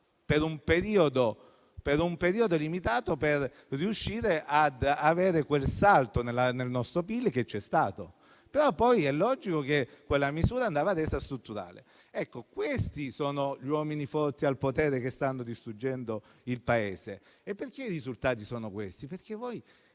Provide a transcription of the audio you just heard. per un periodo limitato per riuscire ad avere quel salto nel nostro PIL che c'è stato. Però, poi, è logico che quella misura andava resa strutturale. Questi sono gli uomini forti al potere che stanno distruggendo il Paese. I risultati sono questi perché voi